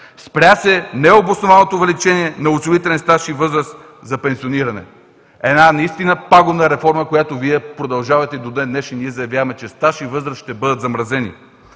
Спря се необоснованото увеличение на осигурителен стаж и възраст за пенсиониране – една наистина пагубна реформа, която Вие продължавате и до ден-днешен. Ние заявяваме, че стаж и възраст ще бъдат замразени.